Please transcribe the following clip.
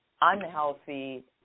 unhealthy